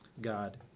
God